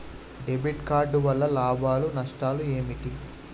Debit card వల్ల లాభాలు నష్టాలు ఏమిటి?